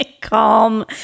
calm